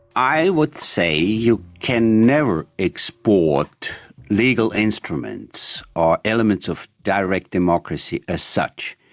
i would say you can never export legal instruments, or elements of direct democracy as such.